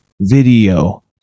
video